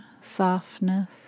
softness